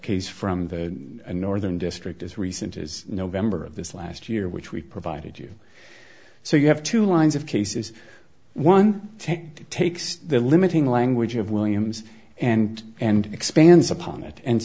case from the northern district as recent as november of this last year which we provided you so you have two lines of cases one technique that takes the limiting language of williams and and expands upon it and